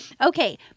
Okay